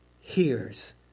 hears